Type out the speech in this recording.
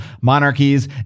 monarchies